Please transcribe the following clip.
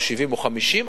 או 70,000 או 50,000,